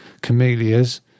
camellias